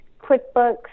QuickBooks